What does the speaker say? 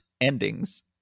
endings